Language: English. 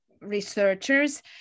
Researchers